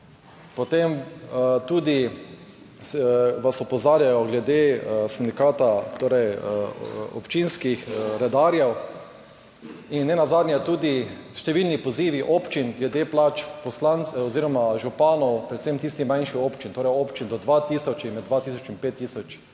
Potem tudi vas opozarjajo glede sindikata torej občinskih redarjev in nenazadnje tudi številni pozivi občin glede plač poslancev oziroma županov, predvsem tistih manjših občin, torej občin do 2 tisoč in med 2 tisoč in 5 tisoč